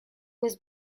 was